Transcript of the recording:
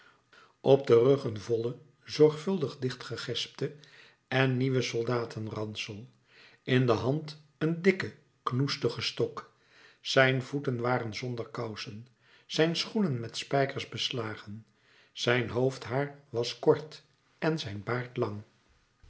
op den rug een vollen zorgvuldig dichtgegespten en nieuwen soldatenransel in de hand een dikken knoestigen stok zijn voeten waren zonder kousen zijn schoenen met spijkers beslagen zijn hoofdhaar was kort en zijn baard lang